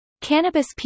cannabis